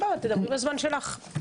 תדברי בזמן שלך.